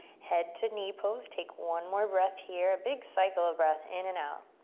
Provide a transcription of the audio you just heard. head to knee pose, take one more breath here. big cycle of breath in and out.